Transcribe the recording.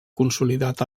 consolidat